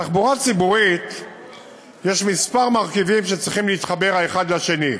בתחבורה ציבורית יש כמה מרכיבים שצריכים להתחבר אחד לשני: